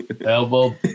Elbow